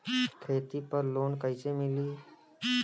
खेती पर लोन कईसे मिली?